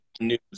news